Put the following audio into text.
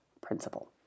principle